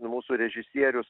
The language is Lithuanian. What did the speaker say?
mūsų režisierius